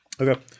Okay